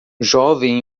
jovem